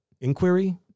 inquiry